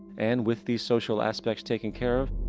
and with these social aspects taking care of,